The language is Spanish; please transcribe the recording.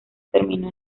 terminó